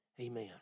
Amen